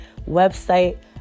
website